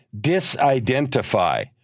Disidentify